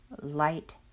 light